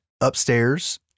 upstairs